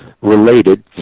related